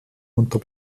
unter